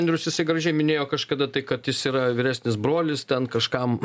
andrius jisai gražiai minėjo kažkada tai kad jis yra vyresnis brolis ten kažkam